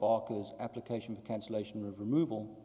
bakos application cancellation of removal